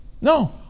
No